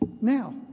Now